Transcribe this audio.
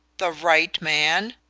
the right man?